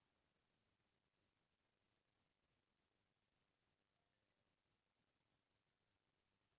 शासन के कोनो अइसे योजना हे का, जेमा मोर खेत ले सीधा धान खरीद लेवय?